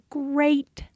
great